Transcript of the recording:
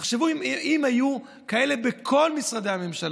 תחשבו אם היו כאלה בכל משרדי הממשלה.